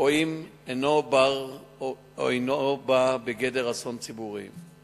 אף אם אינו בא בגדר אסון ציבורי.